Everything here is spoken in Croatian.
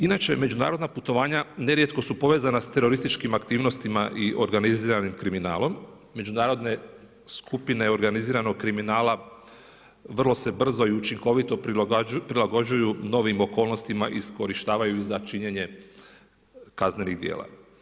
Inače, međunarodna putovanja nerijetko su povezana s terorističkim aktivnostima i organiziranim kriminalom, međunarodne skupne organiziranog kriminala, vrlo se brzo i učinkovito prilagođuju novih okolnostima i iskorištavaju za činjenje kaznenih dijela.